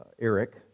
eric